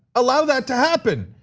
allow that to happen.